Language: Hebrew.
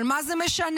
אבל מה זה משנה?